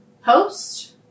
host